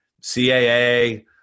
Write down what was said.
CAA